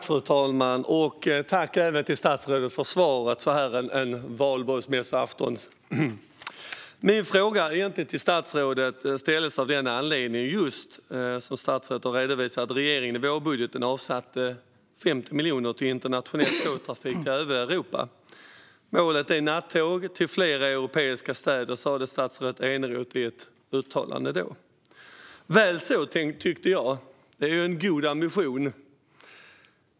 Fru talman! Tack, statsrådet, för svaret så här på valborgsmässoafton! Anledningen till att jag ställde min fråga till statsrådet var att regeringen, som statsrådet också redovisade, i vårbudgeten avsatte 50 miljoner till internationell tågtrafik till övriga Europa. Målet är nattåg till flera europeiska städer, sa statsrådet Eneroth i ett uttalande. Väl så, tänkte jag. Det är en god ambition.